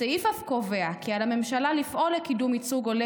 הסעיף אף קובע כי על הממשלה לפעול לקידום ייצוג הולם